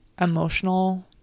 emotional